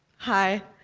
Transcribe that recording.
hi.